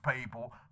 people